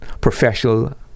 professional